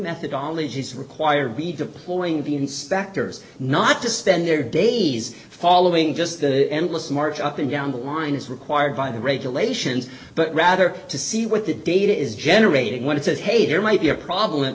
methodology is required to be deploying the inspectors not to spend their days following just the endless march up and down the line is required by the regulations but rather to see what the data is generating what it says hey there might be a problem